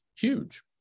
huge